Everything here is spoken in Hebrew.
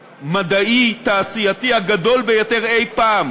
הטכנולוגי-מדעי-תעשייתי הגדול ביותר אי-פעם